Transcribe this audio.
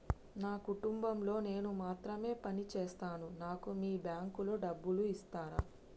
నా కుటుంబం లో నేను మాత్రమే పని చేస్తాను నాకు మీ బ్యాంకు లో డబ్బులు ఇస్తరా?